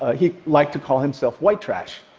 ah he liked to call himself white trash.